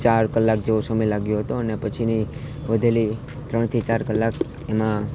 ચાર કલાક જેવો સમય લાગ્યો હતો અને પછીની વધેલી ત્રણથી ચાર કલાક એમાં